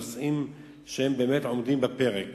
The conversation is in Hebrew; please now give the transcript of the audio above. הנושאים שבאמת עומדים על הפרק.